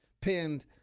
pinned